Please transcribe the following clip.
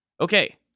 Okay